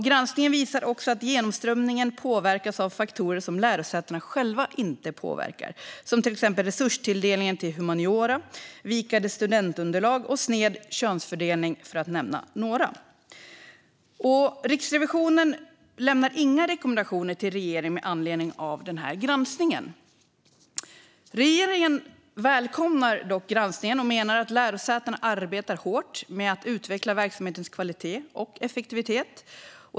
Granskningen visar också att genomströmningen påverkas av faktorer som lärosätena själva inte rår över, till exempel resurstilldelning till humaniora, vikande studentunderlag och sned könsfördelning. Riksrevisionen lämnar inga rekommendationer till regeringen med anledning av granskningen. Regeringen välkomnar granskningen och menar att lärosätena arbetar hårt med att utveckla verksamhetens kvalitet och effektivitet.